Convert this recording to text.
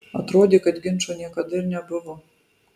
atrodė kad ginčo niekada ir nebuvo